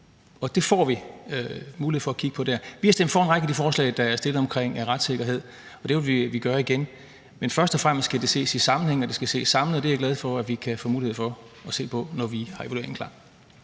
Og det får vi mulighed for at kigge på der. Vi har stemt for en række af de forslag om retssikkerhed, der er fremsat, og det vil vi gøre igen. Men først og fremmest skal det ses i sammenhæng, og det skal ses samlet, og det er jeg glad for at vi kan få mulighed for at se på, når vi har evalueringen klar.